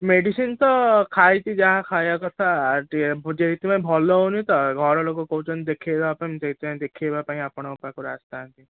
medicine ତ ଖାଇଛି ଯାହା ଖାଇବା କଥା ଆଉ ଟିକେ ଭଲ ହଉନି ତ ଘର ଲୋକ କହୁଛନ୍ତି ଦେଖାଇବା ସେଇଥି ପାଇଁ ଦେଖାଇବା ପାଇଁ ଆପଣଙ୍କ ପାଖକୁ ଆସିଥାନ୍ତି